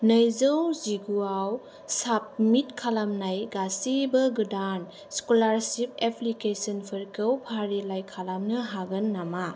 नैजौ जिगुआव साबमिट खालामनाय गासैबो गोदान स्क'लारशिप एप्लिकेसनफोरखौ फारिलाइ खालामनो हागोन नामा